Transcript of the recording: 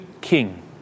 king